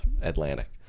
Atlantic